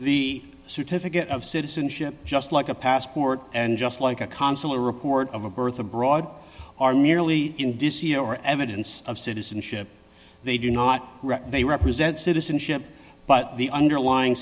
the certificate of citizenship just like a passport and just like a consular report of a birth abroad are merely indicia or evidence of citizenship they do not they represent citizenship but the underlying